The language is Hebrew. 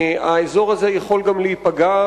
האזור הזה יכול להיפגע,